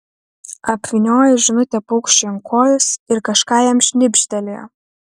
apvyniojo žinutę paukščiui ant kojos ir kažką jam šnibžtelėjo